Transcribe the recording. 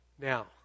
Now